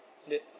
did